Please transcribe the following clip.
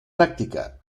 práctica